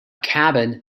cabin